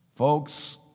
Folks